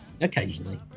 Occasionally